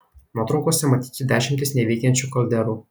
nuotraukose matyti dešimtys neveikiančių kalderų